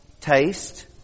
taste